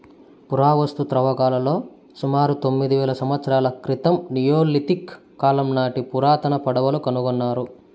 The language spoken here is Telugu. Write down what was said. పురావస్తు త్రవ్వకాలలో సుమారు తొమ్మిది వేల సంవత్సరాల క్రితం నియోలిథిక్ కాలం నాటి పురాతన పడవలు కనుకొన్నారు